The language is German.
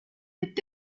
mit